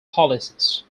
policies